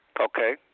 Okay